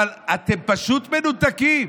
אבל אתם פשוט מנותקים.